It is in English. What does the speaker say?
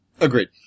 Agreed